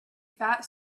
fat